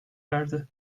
verdi